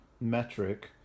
metric